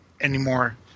anymore